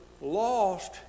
lost